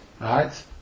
right